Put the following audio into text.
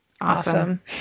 Awesome